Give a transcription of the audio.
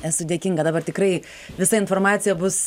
esu dėkinga dabar tikrai visa informacija bus